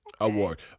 award